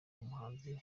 umuhanzi